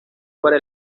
para